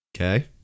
okay